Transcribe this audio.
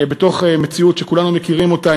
בתוך מציאות שכולנו מכירים אותה,